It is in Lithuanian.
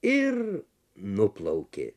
ir nuplaukė